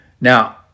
Now